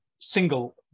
single